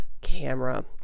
camera